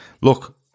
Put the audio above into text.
look